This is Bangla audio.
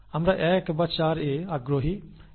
আমরা 1 বা 4 এ আগ্রহী